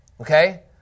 Okay